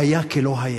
והיה כלא היה.